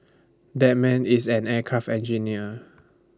that man is an aircraft engineer